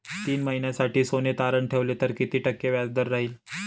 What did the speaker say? तीन महिन्यासाठी सोने तारण ठेवले तर किती टक्के व्याजदर राहिल?